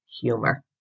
humor